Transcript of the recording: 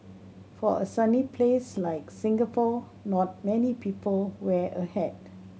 for a sunny place like Singapore not many people wear a hat